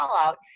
fallout